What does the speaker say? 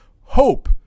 hope